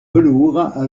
velours